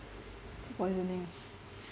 poisoning